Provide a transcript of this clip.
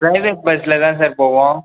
private பஸ்சில் தான் sir போவோம்